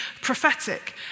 prophetic